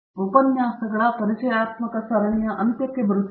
ಆದ್ದರಿಂದ ನಾವು ಉಪನ್ಯಾಸಗಳ ಪರಿಚಯಾತ್ಮಕ ಸರಣಿಯ ಅಂತ್ಯಕ್ಕೆ ಬರುತ್ತೇವೆ